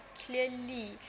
clearly